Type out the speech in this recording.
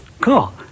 Cool